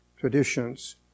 traditions